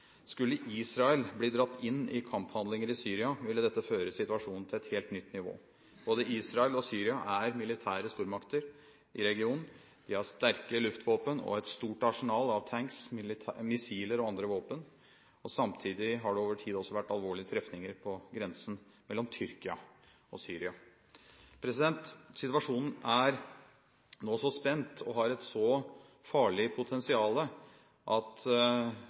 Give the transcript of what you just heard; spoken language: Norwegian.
Skulle Israel bli dratt inn i kamphandlinger i Syria, ville dette føre situasjonen til et helt nytt nivå. Både Israel og Syria er militære stormakter i regionen. De har sterke luftvåpen og et stort arsenal av tanks, missiler og andre våpen. Samtidig har det over tid også vært alvorlige trefninger på grensen mellom Tyrkia og Syria. Situasjonen er nå så spent og har et så farlig potensial at